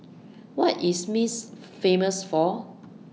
What IS Minsk Famous For